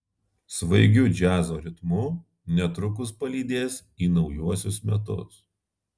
svaigiu džiazo ritmu netrukus palydės į naujuosius metus